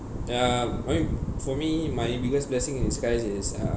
ya I mean for me my biggest blessing in disguise is uh